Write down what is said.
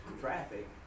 traffic